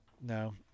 No